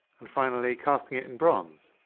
and finally casting it in bronze